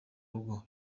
rugo